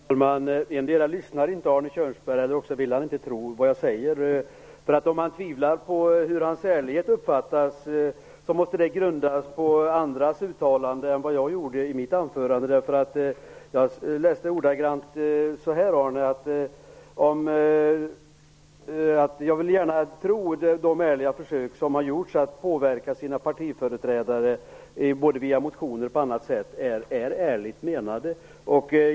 Herr talman! Endera lyssnar inte Arne Kjörnsberg, eller också vill han inte tro vad jag säger. Om det finns tvivel om hur hans ärlighet uppfattas måste det grundas på andras uttalanden, inte på mitt uttalande i mitt huvudanförande. Jag sade: Jag vill gärna tro att de försök som gjorts för att påverka sina partiföreträdare via motioner och på annat sätt är ärligt menade.